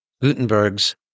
Gutenberg's